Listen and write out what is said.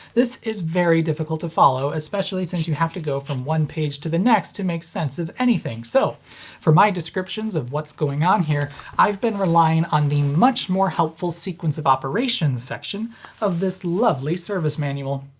this is very difficult to follow, especially since you have to go from one page to the next to make sense of anything, so for my descriptions of what's going on here i've been relying on the much more helpful sequence of operations section of this lovely service manual.